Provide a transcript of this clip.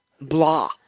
blah